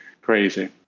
crazy